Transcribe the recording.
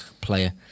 player